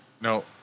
no